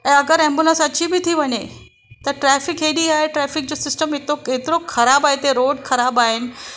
ऐं अगरि एंबुलेंस अची बि थी वञे त ट्रॅफिक हेॾी आहे ट्रॅफिक जो सिस्टम हेतो एतिरो ख़राबु आहे इते रोड ख़राबु आहिनि